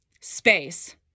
space